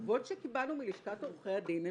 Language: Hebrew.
שהתשובות שקיבלנו מלשכת עורכי הדין מבישות,